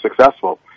successful